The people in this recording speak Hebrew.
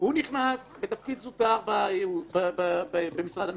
הוא נכנס בתפקיד זוטר במשרד המשפטים,